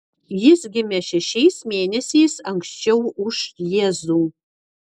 jis gimė šešiais mėnesiais anksčiau už jėzų